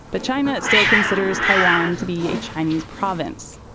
but china still considered as taiwan to be a chinese province.